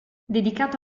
dedicato